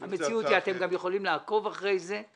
אתה חייב להקשיב אני רוצה להציע לחלק את מה שאמרת לשני